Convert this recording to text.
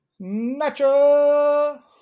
Nacho